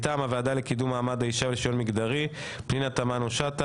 מטעם הוועדה לקידום מעמד האישה ושוויון מגדרי: פנינה תמנו-שטה,